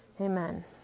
Amen